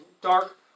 dark